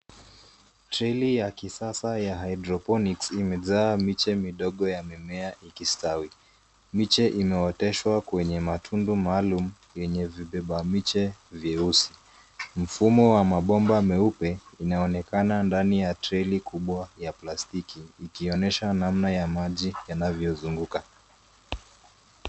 Trelli ya kisasa ya hydroponics limejaa miche midogo ya mimea ikistawi. Miche inaoteshwa kwenye matundu maalum yenye vibeba miche vyeusi. Mfumo wa mabomba meupe inaonekana ndani ya trelli kubwa ya plastiki ikionyesha namna ya maji yanavyozunguka.